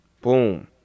Boom